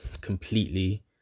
completely